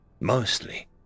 Mostly